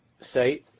say